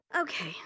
Okay